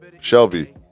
Shelby